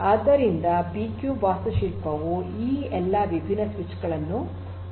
ಆದ್ದರಿಂದ ಬಿಕ್ಯೂಬ್ ವಾಸ್ತುಶಿಲ್ಪವು ಈ ಎಲ್ಲಾ ವಿಭಿನ್ನ ಸ್ವಿಚ್ ಗಳನ್ನು ಹೊಂದಿದೆ